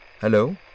Hello